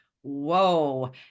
whoa